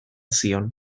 zion